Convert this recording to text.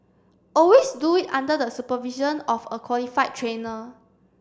always do it under the supervision of a qualified trainer